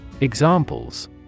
Examples